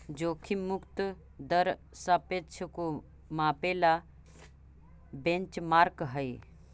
जोखिम मुक्त दर सापेक्ष को मापे ला बेंचमार्क हई